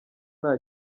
nta